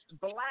black